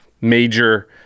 major